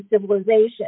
civilization